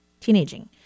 teenaging